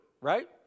right